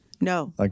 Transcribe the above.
No